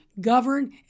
govern